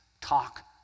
talk